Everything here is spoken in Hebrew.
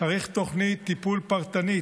צריך תוכנית טיפול פרטנית,